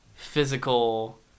physical